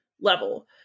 level